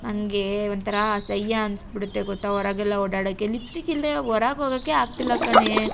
ನನಗೇ ಒಂಥರ ಅಸಹ್ಯ ಅನ್ನಿಸ್ಬಿಡುತ್ತೆ ಗೊತ್ತಾ ಹೊರಗೆಲ್ಲ ಓಡಾಡೋಕೆ ಲಿಪ್ಸ್ಟಿಕ್ ಇಲ್ಲದೆ ಹೊರಗ್ ಹೋಗೋಕೆ ಆಗ್ತಿಲ್ಲ ಕಣೇ